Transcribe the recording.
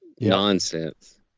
Nonsense